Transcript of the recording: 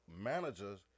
managers